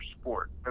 sport